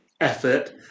effort